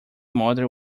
mother